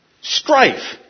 strife